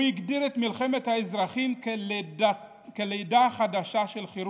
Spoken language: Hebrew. הוא הגדיר את מלחמת האזרחים כלידה חדשה של חירות,